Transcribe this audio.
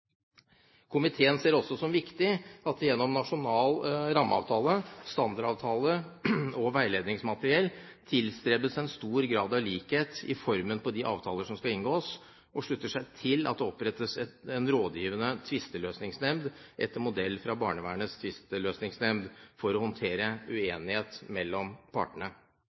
Komiteen ser det også som viktig at det gjennom nasjonal rammeavtale, standardavtale og veiledningsmateriell tilstrebes en stor grad av likhet i formen på de avtaler som skal inngås, og komiteen slutter seg til at det opprettes en rådgivende tvisteløsningsnemnd etter modell fra barnevernets tvisteløsningsnemnd for å håndtere uenighet mellom partene.